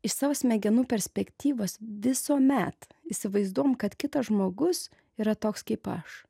iš savo smegenų perspektyvos visuomet įsivaizduojam kad kitas žmogus yra toks kaip aš